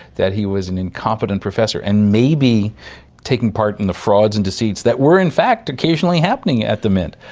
that he was an incompetent professor and may be taking part in the frauds and deceits that were in fact occasionally happening at the mint.